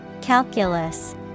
Calculus